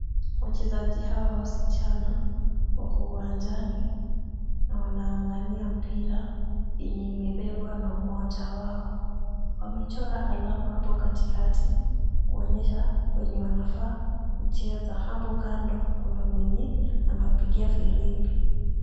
Wachezaji hawa wasichana wako uwanjani na wanang'ang'ania mpira yenye imebebwa na mmoja wao. Wamechora alama hapo katikati kuonyesha kwenye wanafaa kucheza hapo kando kuna mwenye anawapigia firimbi.